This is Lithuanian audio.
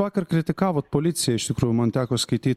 vakar kritikavot policiją iš tikrųjų man teko skaityt